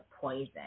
poison